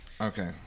Okay